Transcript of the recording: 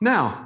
Now